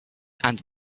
and